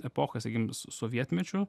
epochoj sakykim sovietmečiu